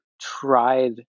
tried